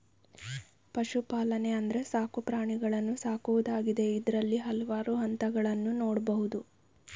ಪಶುಪಾಲನೆ ಅಂದ್ರೆ ಸಾಕು ಪ್ರಾಣಿಗಳನ್ನು ಸಾಕುವುದಾಗಿದೆ ಇದ್ರಲ್ಲಿ ಹಲ್ವಾರು ಹಂತಗಳನ್ನ ನೋಡ್ಬೋದು